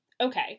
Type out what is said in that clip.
Okay